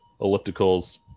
ellipticals